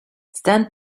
stand